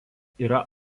yra